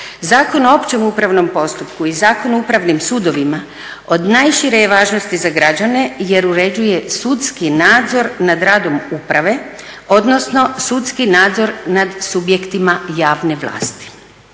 Zakon o općem upravnom postupku i Zakon o Upravnim sudovima od najšire je važnosti za građane jer uređuje sudski nadzor nad radom uprave, odnosno sudski nadzor nad subjektima javne vlasti.